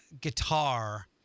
guitar